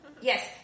Yes